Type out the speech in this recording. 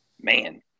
man